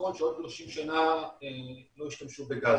שמחון שעוד 30 שנה לא ישתמשו בגז.